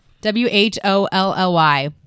W-H-O-L-L-Y